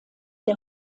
der